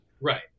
Right